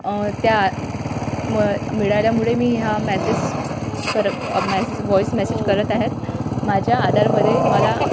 त्या मग मिळाल्यामुळे मी हा मॅसेस कर मॅसेस व्हॉइस मेसेज करत आहेत माझ्या आधारमध्ये मला